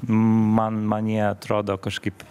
man man jie atrodo kažkaip